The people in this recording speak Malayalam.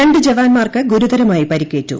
രണ്ടു ജവാന്മാർക്ക് ഗുരുതരമായി പരിക്കേറ്റു